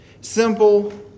simple